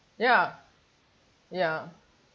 ya ya